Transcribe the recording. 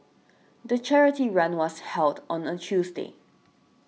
the charity run was held on a Tuesday